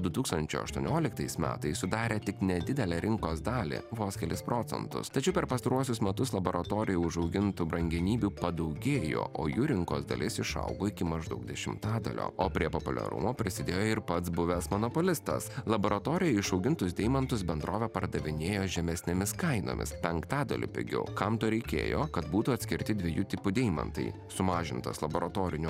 du tūkstančiai aštuonioliktais metais sudarė tik nedidelę rinkos dalį vos kelis procentus tačiau per pastaruosius metus laboratorijoj užaugintų brangenybių padaugėjo o jų rinkos dalis išaugo iki maždaug dešimtadalio o prie populiarumo prisidėjo ir pats buvęs monopolistas laboratorijoj išaugintus deimantus bendrovė pardavinėjo žemesnėmis kainomis penktadaliu pigiau kam to reikėjo kad būtų atskirti dviejų tipų deimantai sumažintas laboratorinių